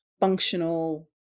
functional